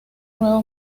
nueva